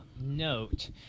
note